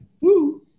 woo